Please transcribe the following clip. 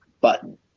button